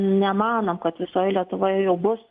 nemanom kad visoje lietuvoje jau bus